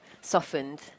softened